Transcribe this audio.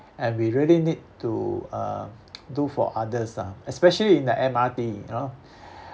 and we really need to uh do for others ah especially in the M_R_T you know